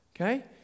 Okay